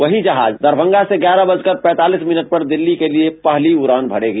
वही जहाज दरभंगा से ग्यारह बजकर तीस मिनट पर दिल्ली के लिए पहली उड़ान भरेगी